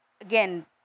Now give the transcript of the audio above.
again